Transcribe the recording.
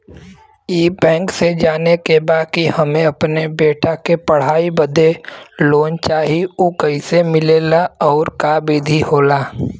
ई बैंक से जाने के बा की हमे अपने बेटा के पढ़ाई बदे लोन चाही ऊ कैसे मिलेला और का विधि होला?